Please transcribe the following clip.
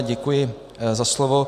Děkuji za slovo.